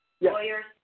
lawyers